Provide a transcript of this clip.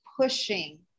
pushing